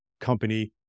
company